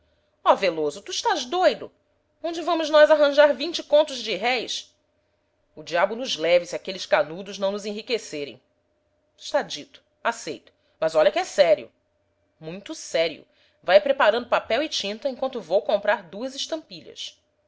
veloso tu estás doido onde vamos nós arranjar vinte contos de réis o diabo nos leve se aqueles canudos não nos enriquecerem está dito aceito mas olha que é sério muito sério vai preparando papel e tinta enquanto vou comprar duas estampilhas